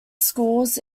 schools